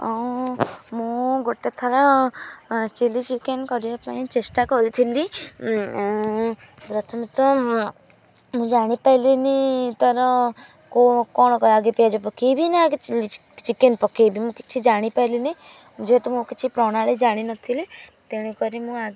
ଆଉଁ ମୁଁ ଗୋଟେ ଥର ଚିଲି ଚିକେନ୍ କରିବା ପାଇଁ ଚେଷ୍ଟା କରିଥିଲି ପ୍ରଥମତଃ ମୁଁ ଜାଣି ପାଇଲିନି ତା'ର କ'ଣ କର ଆଗେ ପିଆଜ ପକାଇବି ନା ଆଗେ ଚିଲି ଚିକେନ୍ ପକାଇବି ମୁଁ କିଛି ଜାଣି ପାଇଲିନି ଯେହେତୁ ମୁଁ କିଛି ପ୍ରଣାଳୀ ଜାଣି ନଥିଲି ତେଣୁ କରି ମୁଁ ଆଗେ